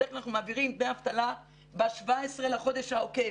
בדרך כלל אנחנו מעבירים דמי אבטלה ב-17 בחודש העוקב,